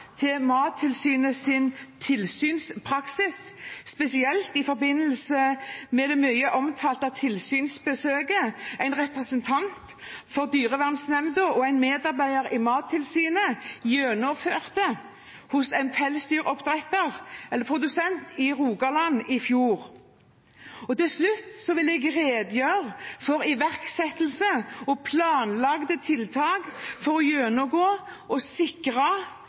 tilsynspraksis, spesielt i forbindelse med det mye omtalte tilsynsbesøket en representant for dyrevernnemnda og en medarbeider i Mattilsynet gjennomførte hos en pelsdyrprodusent i Rogaland i fjor. Til slutt vil jeg redegjøre for iverksatte og planlagte tiltak for å gjennomgå og sikre